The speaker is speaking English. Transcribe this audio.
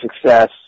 success